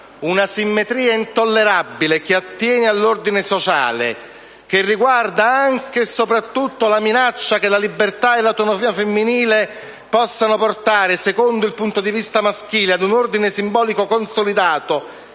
un'asimmetria intollerabile che attiene all'ordine sociale, che riguarda anche e soprattutto la minaccia che la libertà e l'autonomia femminile possono portare, secondo il punto di vista maschile, ad un ordine simbolico consolidato